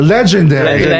Legendary